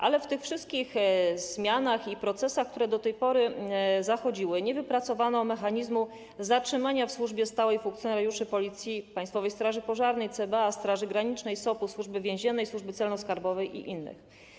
Ale w tych wszystkich zmianach i procesach, które do tej pory zachodziły, nie wypracowano mechanizmu zatrzymania w służbie stałej funkcjonariuszy Policji, Państwowej Straży Pożarnej, CBA, Straży Granicznej, SOP, Służby Więziennej, Służby Celno-Skarbowej i innych.